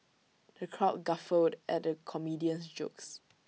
the crowd guffawed at the comedian's jokes